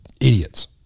idiots